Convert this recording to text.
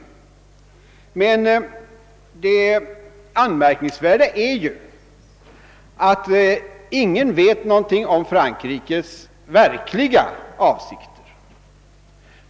Men det anmärkningsvärda är ju att ingen vet något om Frankrikes verkliga avsikter.